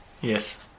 Yes